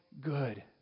good